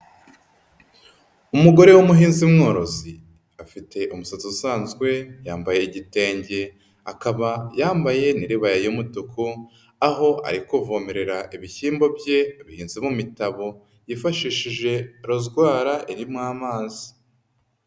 Umugore w'umuhinzi mworozi afite umusatsi usanzwe yambaye igitenge akaba yambaye n'iribaya y'umutuku, aho ari kuvomerera ibishyimbo bye bihinze mu imitabo yifashishije rozwara irimo amazi.